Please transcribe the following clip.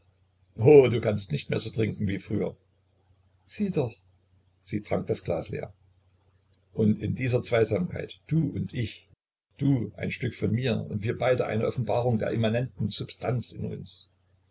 oh du kannst nicht mehr so trinken wie früher sieh doch sie trank das glas leer und in dieser zweisamkeit du und ich und du ein stück von mir und wir beide eine offenbarung der immanenten substanz in uns